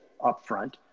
Upfront